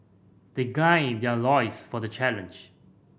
they guy their loins for the challenge